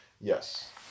yes